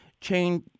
change